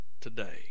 today